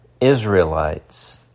Israelites